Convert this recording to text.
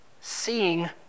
seeing